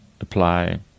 apply